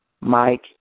Mike